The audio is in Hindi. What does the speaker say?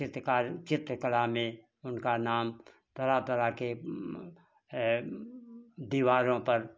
चित्रकार चित्रकला में उनका नाम तरह तरह की दीवारों पर